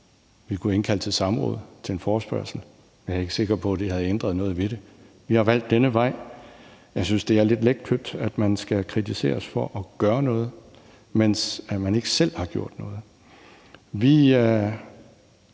Vi kunne have indkaldt til et samråd eller stillet en forespørgsel. Jeg er ikke sikker på, at det havde ændret noget. Vi har valgt denne vej. Jeg synes, det er lidt letkøbt, at man skal kritisere os for at gøre noget, mens man ikke selv har gjort noget.